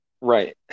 Right